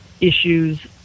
issues